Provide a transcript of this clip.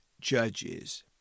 judges